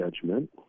judgment